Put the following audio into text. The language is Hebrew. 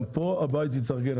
גם פה הבית יתארגן.